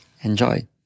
Enjoy